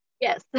Yes